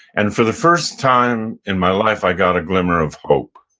and for the first time in my life, i got a glimmer of hope.